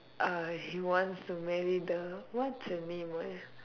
uh he wants to marry the what's her name ah